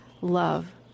love